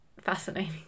fascinating